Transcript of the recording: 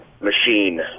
machine